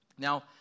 Now